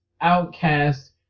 Outcast